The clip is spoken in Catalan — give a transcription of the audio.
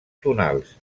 tonals